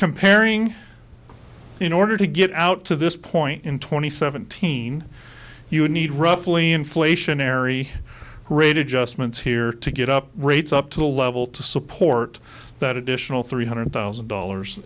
comparing you know order to get out to this point in twenty seventeen you need roughly inflationary rate adjustments here to get up rates up to the level to support that additional three hundred thousand dollars